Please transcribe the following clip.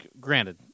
granted